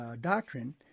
doctrine